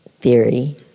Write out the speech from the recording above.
theory